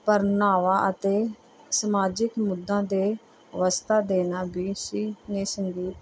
ਪ੍ਰਨਾਂਵਾਂ ਅਤੇ ਸਮਾਜਿਕ ਮੁੱਦਿਆਂ ਦੇ ਅਵਸਥਾ ਦੇਣਾ ਵੀ ਸੀ ਨੇ ਸੰਗੀਤ